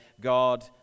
God